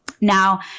Now